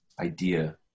idea